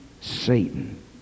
Satan